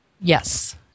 Yes